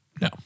No